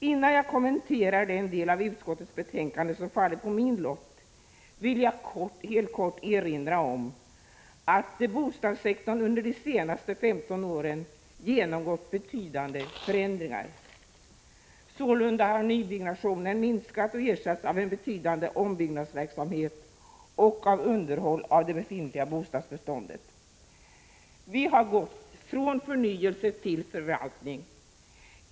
Innan jag kommenterar den del av utskottets betänkande som fallit på min lott vill jag helt kort erinra om att bostadssektorn under de senaste 15 åren genomgått betydande förändringar. Sålunda har nybyggnationen minskat och ersatts av en betydande ombyggnadsverksamhet och av underhåll av det befintliga bostadsbeståndet. Vi har gått från förnyelse till förvaltning.